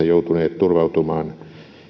joutuneet turvautumaan pääasiassa